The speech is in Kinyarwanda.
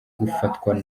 gufatwa